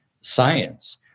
science